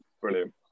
Brilliant